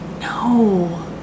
No